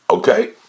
Okay